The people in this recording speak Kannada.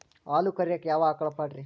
ಹಾಲು ಕರಿಯಾಕ ಯಾವ ಆಕಳ ಪಾಡ್ರೇ?